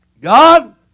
God